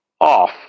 off